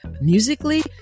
musically